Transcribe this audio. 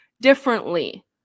differently